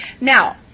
now